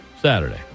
Saturday